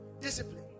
Discipline